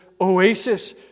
oasis